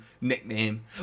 nickname